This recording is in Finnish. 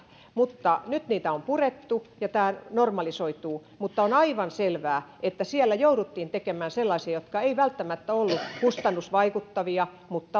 nyt niitä on purettu ja tämä normalisoituu mutta on aivan selvää että siellä jouduttiin tekemään sellaisia ratkaisuja jotka eivät välttämättä olleet kustannusvaikuttavia